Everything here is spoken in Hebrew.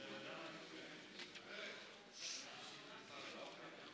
שאילתות דחופות, והראשונה שבהן: שאילתה דחופה מס'